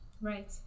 right